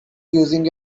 using